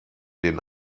den